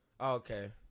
okay